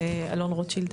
אלון רוטשילד.